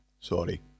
sorry